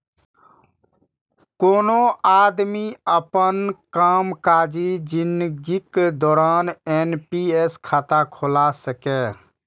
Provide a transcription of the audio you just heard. कोनो आदमी अपन कामकाजी जिनगीक दौरान एन.पी.एस खाता खोला सकैए